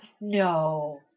No